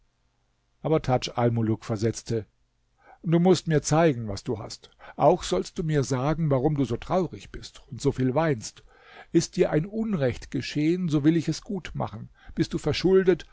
aber tadj almuluk versetzte du mußt mir zeigen was du hast auch sollst du mir sagen warum du so traurig bist und so viel weinst ist dir ein unrecht geschehen so will ich es gut machen bist du verschuldet